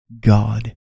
God